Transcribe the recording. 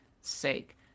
sake